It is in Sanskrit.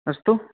अस्तु